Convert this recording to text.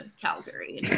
Calgary